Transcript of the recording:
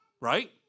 Right